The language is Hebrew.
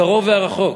הקרוב והרחוק.